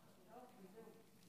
(בידוד בית והוראות שונות) (הוראת שעה) (תיקון מס'